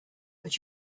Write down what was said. but